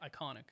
Iconic